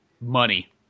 money